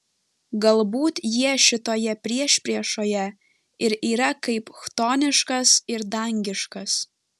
galbūt jie šitoje priešpriešoje ir yra kaip chtoniškas ir dangiškas